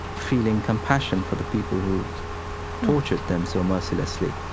feeling compassion for the people who tortured them so mercilessly,